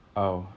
oh